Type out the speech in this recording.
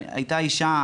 אותה אישה,